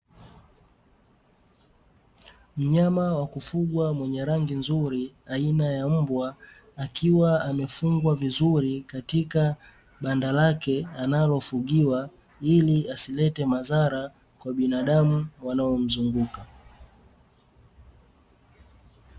Mnyama wa kufugwa mwenye rangi nzuri aina ya mbwa akiwa amefungwa vizuri katika banda lake analofugiwa ili asilete madhara kwa binadamu wanaomzunguka.